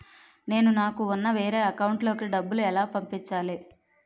నేను నాకు ఉన్న వేరే అకౌంట్ లో కి డబ్బులు ఎలా పంపించాలి?